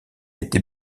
était